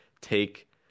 take